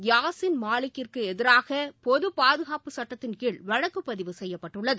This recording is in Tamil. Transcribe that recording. யாசின் மாலிக்கிற்கு எதிராக பொது பாதுகாப்புச் சட்டத்தின்கீழ் வழக்குப்பதிவு செய்ய்பபட்டுள்ளது